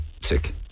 sick